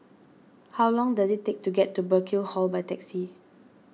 how long does it take to get to Burkill Hall by taxi